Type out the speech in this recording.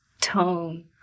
tone